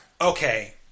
okay